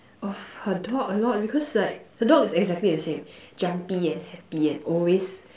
of her dog a lot because like her dog is exactly the same jumpy and happy and always